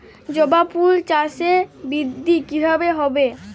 জবা ফুল চাষে বৃদ্ধি কিভাবে হবে?